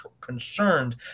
concerned